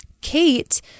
Kate